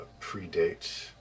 predates